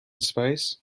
space